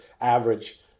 average